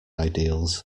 ideals